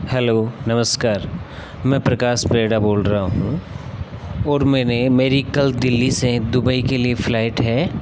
hello नमस्कार मैं प्रकाश बेड़ा बोल रहा हूँ और मैंने मेरी कल दिल्ली से दुबई के लिए फ्लाइट है